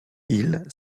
îles